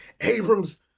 Abram's